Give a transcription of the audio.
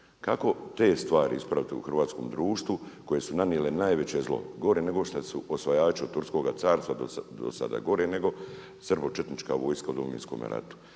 Kako te stvari ispraviti u hrvatskom društvu koje su nanijele najveće zlo, gore nego što su osvajači od turskoga carstva do sada gore nego srbočetnička vojska u Domovinskome ratu?